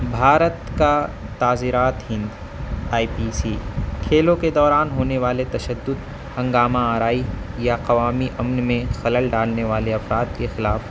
بھارت کا تعزیرات ہند آئی پی سی کھیلوں کے دوران ہونے والے تشدد ہنگامہ آرائی یا قومی امن میں خلل ڈالنے والے افراد کے خلاف